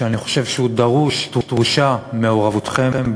ואני חושב שדרושה בו מעורבותכם,